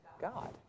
God